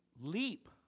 leap